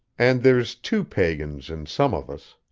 and there's two pagans in some of us.